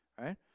right